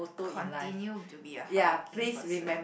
continue to be a hardworking person